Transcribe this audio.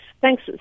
Thanks